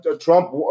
trump